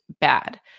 bad